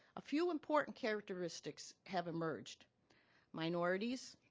a few important characteristics have emerged minorities,